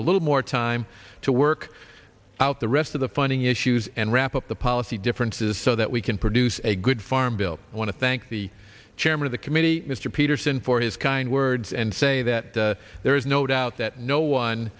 a little more time to work out the rest of the funding issues and wrap up the policy differences so that we can produce a good farm bill i want to thank the chairman of the committee mr peterson for his kind words and say that there is no doubt that no one